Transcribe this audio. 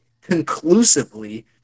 conclusively